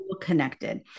connected